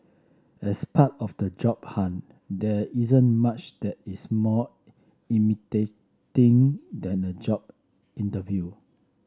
as part of the job hunt there isn't much that is more imitating than a job interview